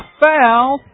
foul